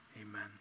amen